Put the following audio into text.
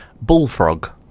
Bullfrog